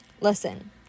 listen